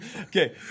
Okay